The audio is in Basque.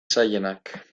zailenak